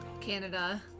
Canada